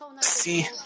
see